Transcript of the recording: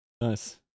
Nice